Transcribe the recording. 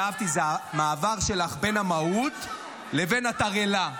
מה שמאוד אהבתי הוא המעבר שלך בין המהות לבין התרעלה,